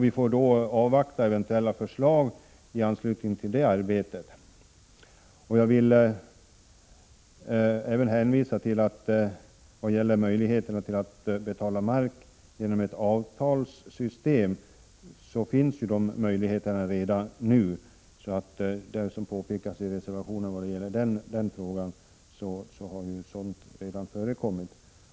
Vi får avvakta eventuella förslag i anslutning till det arbetet. När det gäller möjligheterna att betala mark genom ett avtalssystem vill jag framhålla att sådana möjligheter finns redan nu. Det som påpekas i reservationen gäller således sådant som redan förekommer.